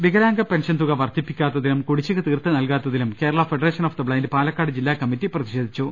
വികലാംഗ pension തുക വർദ്ധിപ്പിക്കാത്തിലും കൂടിശ്ശിക തീർത്ത് നൽകാത്തതിലും Kerala federation of the blind Palakkad ജില്ലാ കമ്മറ്റി പ്രതിഷേധിച്ചു